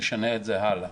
נשנה את זה הלאה.